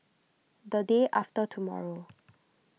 the day after tomorrow